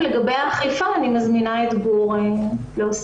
לגבי האכיפה, אני מזמינה את גור להוסיף.